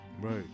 right